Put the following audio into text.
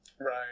Right